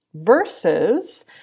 versus